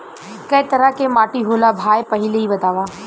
कै तरह के माटी होला भाय पहिले इ बतावा?